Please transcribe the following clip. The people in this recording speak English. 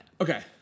Okay